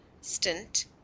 Stint